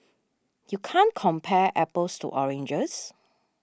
you can't compare apples to oranges